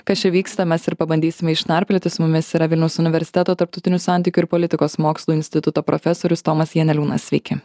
kas čia vyksta mes ir pabandysime išnarplioti su mumis yra vilniaus universiteto tarptautinių santykių ir politikos mokslų instituto profesorius tomas janeliūnas sveiki